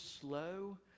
slow